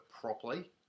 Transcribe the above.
properly